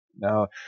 Now